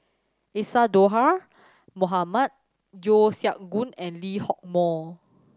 Isadhora Mohamed Yeo Siak Goon and Lee Hock Moh